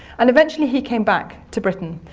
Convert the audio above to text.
and eventually he came back to britain,